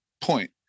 point